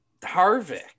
Harvick